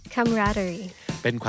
Camaraderie